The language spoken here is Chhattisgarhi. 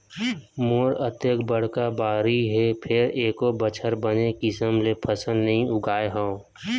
मोर अतेक बड़का बाड़ी हे फेर एको बछर बने किसम ले फसल नइ उगाय हँव